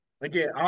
again